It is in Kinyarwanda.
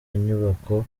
inyubako